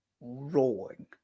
rolling